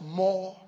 more